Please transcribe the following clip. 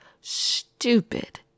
stupid